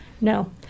No